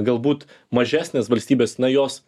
galbūt mažesnės valstybės na jos